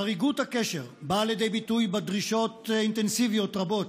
"חריגות הקשר באה לידי ביטוי בדרישות אינטנסיביות רבות